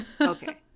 Okay